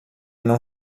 não